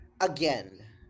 again